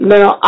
Now